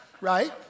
right